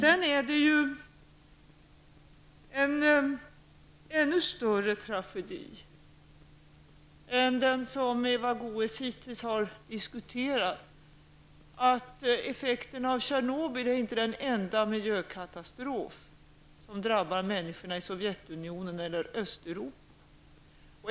En ännu större tragedi än den som Eva Goe s hittills har diskuterat är att effekterna av Tjernobyl inte är den enda miljökatastrofen som drabbat människorna i Sovjetunionen eller i Östeuropa.